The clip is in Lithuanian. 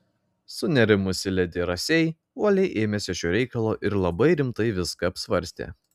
sunerimusi ledi rasei uoliai ėmėsi šio reikalo ir labai rimtai viską apsvarstė